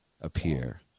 appear